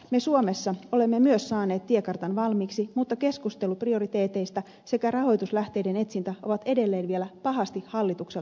me suomessa olemme myös saaneet tiekartan valmiiksi mutta keskustelu prioriteeteista sekä rahoituslähteiden etsintä ovat edelleen vielä pahasti hallitukselta kesken